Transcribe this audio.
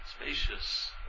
spacious